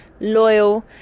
loyal